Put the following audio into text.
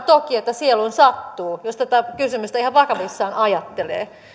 toki että sieluun sattuu jos tätä kysymystä ihan vakavissaan ajattelee